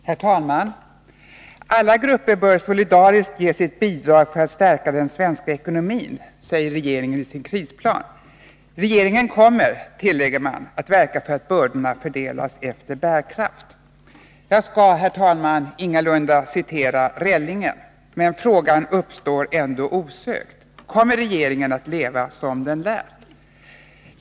Herr talman! Alla grupper bör solidariskt ge sitt bidrag för att stärka den svenska ekonomin, säger regeringen i sin krisplan. Regeringen kommer, tillägger man, att verka för att bördorna fördelas efter bärkraft. Jag skall, herr talman, ingalunda citera Rellingen. Men frågan uppstår ändå osökt: Kommer regeringen att leva som den lär?